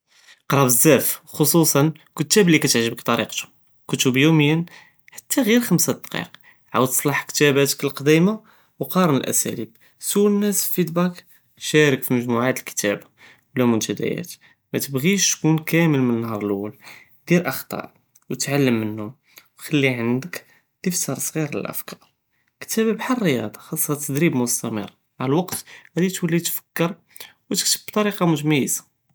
קרה בזאף, חוסוסן, אלכתאב אללי קتعجبכ בטריקטו, כתב יוםייא, חתא ג'יר חמסה דקאי, חאול תסלאח כתבותכ אלקדימה, ו קארן אלאסاليب, סול אלנאס אלפידבק, שארק פי מוג'מועאת אלכתאב, וולה אלמנטדאת, מטבג'יש תכון כמל מן נהאר אלאול, דיר אח'טא, ו תעלם מהם, ו חלّي ענדכ דפתר ס'עיר ללפקאר, לכתבה כחאל אלריאדה, חאסחה ת'דריב מסתמר, מע אלוועקט, גאדי טולי תפקאר, ותכתב ביטריקה מומתיזה.